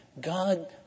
God